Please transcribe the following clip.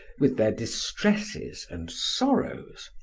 with their distresses and sorrows,